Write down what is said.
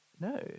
no